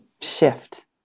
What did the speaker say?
shift